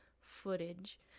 footage